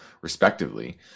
respectively